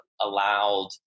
allowed